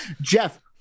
Jeff